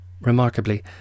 Remarkably